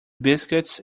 biscuits